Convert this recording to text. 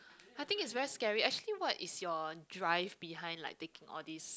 I think is very scary actually what is your drive behind like taking all these